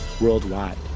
worldwide